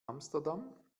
amsterdam